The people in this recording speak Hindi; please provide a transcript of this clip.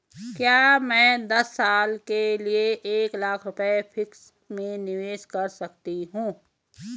क्या मैं दस साल के लिए एक लाख रुपये फिक्स में निवेश कर सकती हूँ?